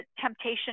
temptation